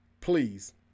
Please